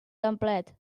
templet